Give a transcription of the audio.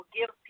Give